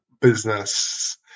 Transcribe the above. business